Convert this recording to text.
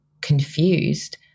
confused